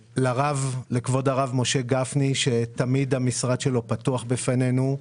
לכבוד הרב משה גפני, שתמיד המשרד שלו פתוח בפנינו,